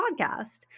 podcast